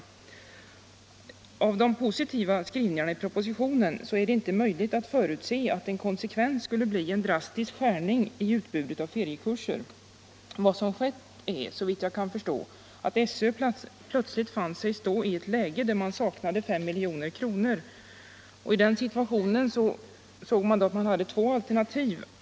Mot bakgrund av de positiva skrivningarna i propositionen är det inte möjligt att förutse att en konsekvens skulle bli en drastisk nedskärning i utbudet av feriekurser. Vad som skett är, såvitt jag kan förstå, att SÖ plötsligt fann sig stå i ett läge där man saknade 5 milj.kr. I den situationen hade man två alternativ.